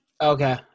Okay